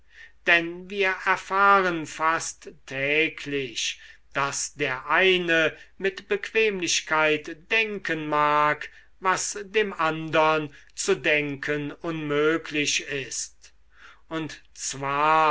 denn wir erfahren fast täglich daß der eine mit bequemlichkeit denken mag was dem andern zu denken unmöglich ist und zwar